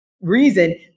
reason –